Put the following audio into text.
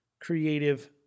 creative